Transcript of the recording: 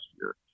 year